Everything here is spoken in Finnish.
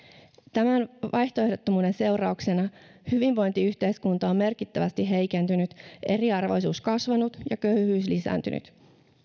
tämän vaihtoehdottomuuden seurauksena hyvinvointiyhteiskunta on merkittävästi heikentynyt eriarvoisuus kasvanut ja köyhyys lisääntynyt